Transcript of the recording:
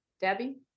Debbie